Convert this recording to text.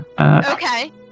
okay